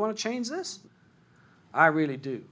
want to change this i really do